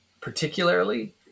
particularly